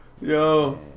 Yo